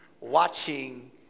watching